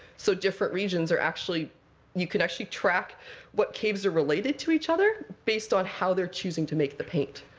so different regions are actually you can actually track what caves are related to each other, based on how they're choosing to make the paint.